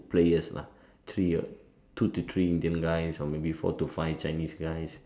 players lah three or two to three Indian guys or maybe four to five Chinese guys